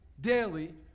daily